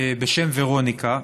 שמה ורוניקה.